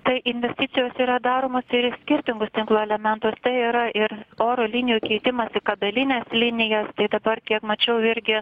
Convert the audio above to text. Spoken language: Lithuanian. tai investicijos yra daromos ir į skirtingus tinklo elementus tai yra ir oro linijų keitimas į kabelines linijas tai dabar kiek mačiau irgi